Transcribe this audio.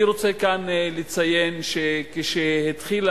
אני רוצה לציין כאן,